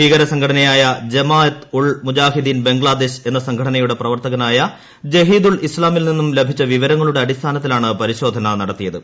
ഭീകരസംഘടനയായ ജമാഅത് ഉൾ മുജാഹിദീൻ ബംഗ്ലാദേശ് എന്ന സംഘടനയുടെ പ്രവർത്തകനായ ജഹിദുൾ ഇസ്നാമിൽ നിന്നും ലഭിച്ച വിവരങ്ങളുടെ അടിസ്ഥാനത്തിലാണ് പരിശോധന നടത്തിയത്